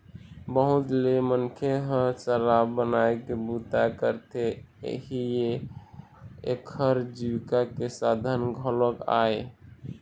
बहुत ले मनखे ह शराब बनाए के बूता करथे, इहीं ह एखर जीविका के साधन घलोक आय